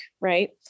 right